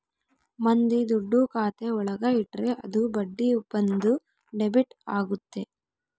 ಮಂದಿ ದುಡ್ಡು ಖಾತೆ ಒಳಗ ಇಟ್ರೆ ಅದು ಬಡ್ಡಿ ಬಂದು ಡೆಬಿಟ್ ಆಗುತ್ತೆ